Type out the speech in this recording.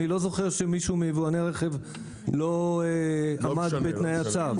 ואני לא זוכר שמישהו מיבואני הרכב לא עמד בתנאי הצו.